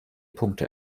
punkte